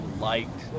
liked